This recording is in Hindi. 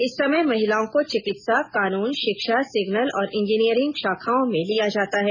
इस समय महिलाओं को चिकित्सा कानून शिक्षा सिग्नल और इंजीनियरिंग शाखाओं में लिया जाता है